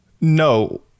No